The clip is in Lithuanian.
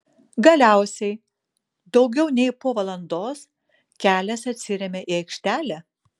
galiausiai daugiau nei po valandos kelias atsiremia į aikštelę